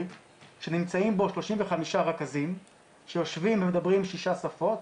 שנמצאים בו 35 רכזים שיושבים ומדברים שש שפות,